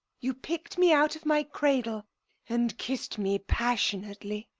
you picked me out of my cradle and kissed me passionately.